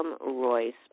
Royce